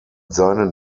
seinen